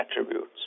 attributes